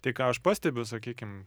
tai ką aš pastebiu sakykim